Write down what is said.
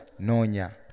Nonya